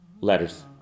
letters